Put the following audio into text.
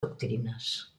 doctrinas